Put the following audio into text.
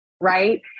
right